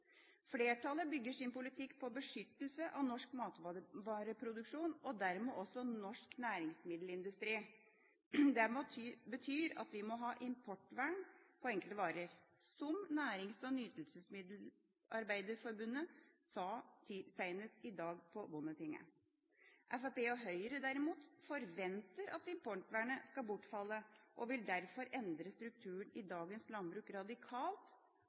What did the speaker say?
Flertallet bygger sin politikk på beskyttelse av norsk matvareproduksjon, og dermed også norsk næringsmiddelindustri. Det betyr at vi må ha importvern på enkelte varer, som Norsk Nærings- og Nytelsesmiddelarbeiderforbund sa på Bondetinget seinest i dag. Fremskrittspartiet og Høyre forventer derimot at importvernet skal bortfalle, og vil derfor endre strukturen i dagens landbruk radikalt,